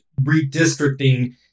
redistricting